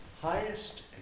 highest